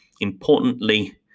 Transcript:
Importantly